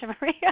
Maria